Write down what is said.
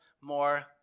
more